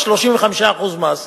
35% מס.